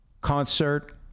concert